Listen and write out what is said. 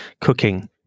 cooking